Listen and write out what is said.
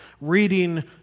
reading